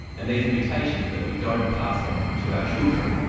and these are mutations that we don't pass on to our children.